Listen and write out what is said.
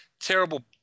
Terrible